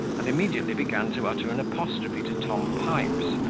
and immediately began to utter an apostrophe to tom pipes,